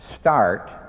Start